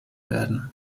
werden